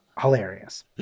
Hilarious